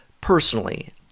personally